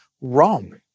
wrong